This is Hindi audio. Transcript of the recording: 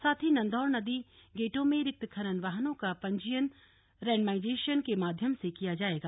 साथ ही नंधौर नदी गेटों में रिक्त खनन वाहनों का पंजीयन रैण्डमाईजेशन के माध्यम से किया जायेगा